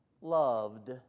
loved